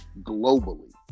globally